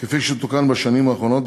כפי שתוקן בשנים האחרונות,